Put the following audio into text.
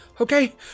Okay